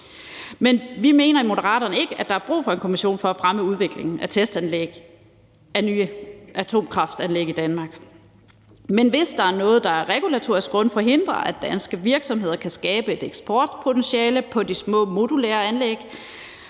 men vi mener i Moderaterne ikke, at der er brug for en kommission for at fremme udviklingen af testanlæg med henblik på nye atomkraftanlæg i Danmark. Men hvis der er noget, der af regulatoriske grunde forhindrer, at danske virksomheder kan skabe et eksportpotentiale på de små modulære anlæg